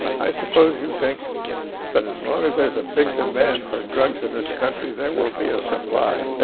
i suppose you think that as long as there's a big demand for drugs in this country, there will be a supply.